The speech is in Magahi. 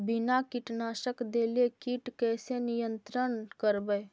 बिना कीटनाशक देले किट कैसे नियंत्रन करबै?